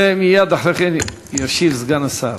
ומייד אחרי כן ישיב סגן השר.